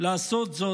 לעשות זאת.